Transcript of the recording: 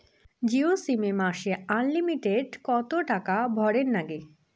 Jio sim এ মাসে unlimited কত টাকা ভরের নাগে?